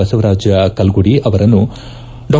ಬಸವರಾಜ ಕಲ್ಗುಡಿ ಅವರನ್ನು ಡಾ